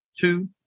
two